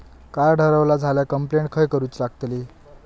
Card हरवला झाल्या complaint खय करूची लागतली?